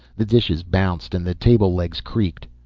the dishes bounced and the table legs creaked.